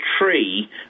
tree